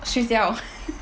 睡觉